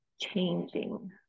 changing